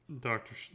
Doctor